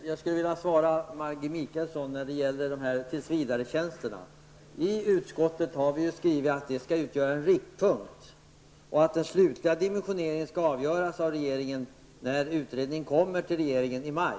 Herr talman! Jag skulle vilja svara Maggi utskottet har vi skrivit att antalet skall utgöra en riktpunkt och att den slutliga dimensioneringen skall avgöras av regeringen när utredningen kommer till regeringen i maj.